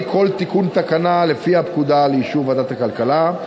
כל תיקון תקנה לפי הפקודה לאישור ועדת הכלכלה,